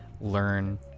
learn